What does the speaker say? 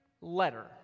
letter